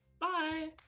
bye